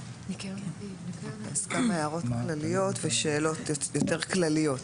אז כמה הערות כלליות ושאלות יותר כלליות: